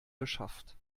beschafft